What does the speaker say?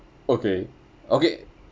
okay okay